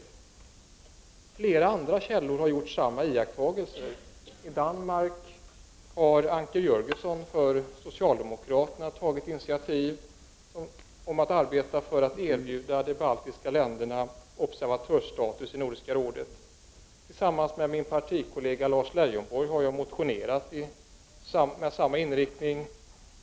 Man har från flera andra håll rapporterat om samma iakttagelser. I Danmark har Anker Jörgensen för socialdemokraterna tagit initiativ för att erbjuda de baltiska länderna observatörstatus i Nordiska rådet. Tillsammans med min partikollega Lars Leijonborg har jag skrivit en motion med samma inriktning.